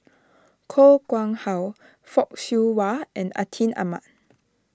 Koh Nguang How Fock Siew Wah and Atin Amat